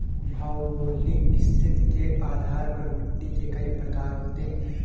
भौगोलिक स्थिति के आधार पर मिट्टी के कई प्रकार होते हैं